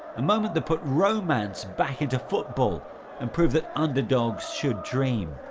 a moment that put romance back in football and proved that underdogs should dream.